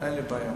אין לי בעיה.